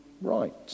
right